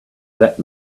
that